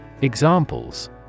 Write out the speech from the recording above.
Examples